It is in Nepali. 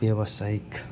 व्यावसायिक